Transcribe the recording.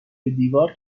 دیوار